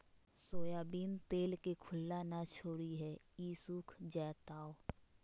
soybean तेल के खुल्ला न छोरीहें ई सुख जयताऊ